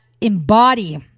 embody